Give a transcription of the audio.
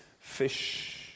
fish